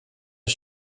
aus